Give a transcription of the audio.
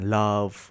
love